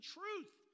truth